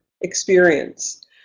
experience